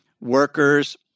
workers